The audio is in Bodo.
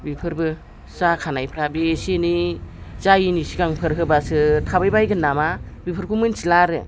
बेफोरबो जाखानायफ्रा बे एसे एनै जायैनि सिगांफोर होबासो थाबायबायगोन नामा बेफोरखौ मिनथिला आरो